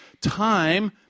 Time